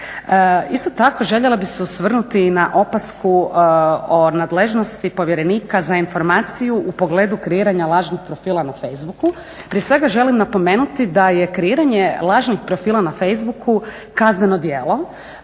Isto tako željela bih se osvrnuti i na opasku nadležnosti povjerenika za informaciju u pogledu kreiranja lažnih profila na Facebooku. Prije svega želim napomenuti da je kreiranje lažnih profila na Facebooku kazneno djelo